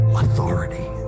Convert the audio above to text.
authority